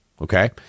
Okay